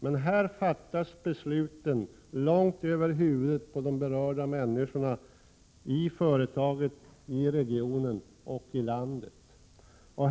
Besluten fattas långt över huvudet på de berörda människorna i företaget, i regionen och i landet.